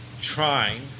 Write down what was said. trying